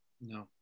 No